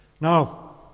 Now